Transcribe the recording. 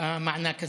המענק הזה,